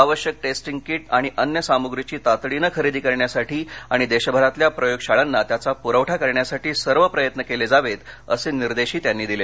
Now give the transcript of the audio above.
आवश्यक testing kit आणि अन्य सामुग्रीची तातडीनं खरेदी करण्यासाठी आणि देशभरातल्या प्रयोगशाळांना त्याचा पुरवठा करण्यासाठी सर्व प्रयत्नकेले जावेत असे निर्देशही त्यांनी दिले